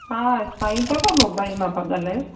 हा साई बाबा मोबाइल मां था ॻाल्हायो